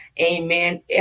Amen